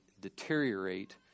deteriorate